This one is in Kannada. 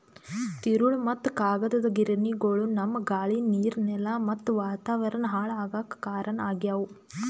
ತಿರುಳ್ ಮತ್ತ್ ಕಾಗದದ್ ಗಿರಣಿಗೊಳು ನಮ್ಮ್ ಗಾಳಿ ನೀರ್ ನೆಲಾ ಮತ್ತ್ ವಾತಾವರಣ್ ಹಾಳ್ ಆಗಾಕ್ ಕಾರಣ್ ಆಗ್ಯವು